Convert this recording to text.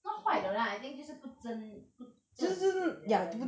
not 坏的 lah I think 就是不正不正直的人